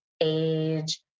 age